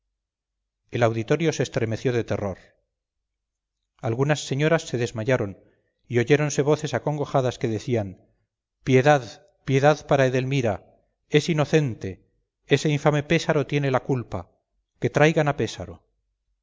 el auditorio se estremeció de terror algunas señoras se desmayaron y oyéronse voces acongojadas que decían piedad piedad para edelmira es inocente ese infame pésaro tiene la culpa que traigan a pésaro